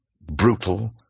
brutal